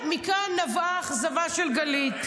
וכנראה מכאן נבעה האכזבה של גלית.